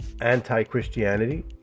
anti-Christianity